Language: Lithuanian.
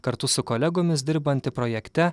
kartu su kolegomis dirbanti projekte